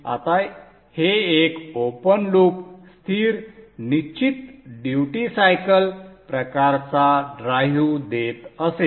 आता हे एक ओपन लूप स्थिर निश्चित ड्युटी सायकल प्रकारचा ड्राइव्ह देत असेल